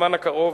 בזמן הקרוב,